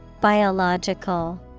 Biological